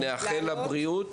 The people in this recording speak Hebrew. נאחל לה בריאות.